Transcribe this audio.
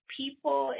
people